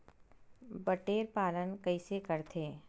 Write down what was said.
बटेर पालन कइसे करथे?